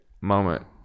moment